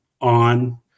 on